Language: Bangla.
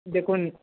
দেখুন